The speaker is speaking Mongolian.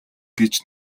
гэж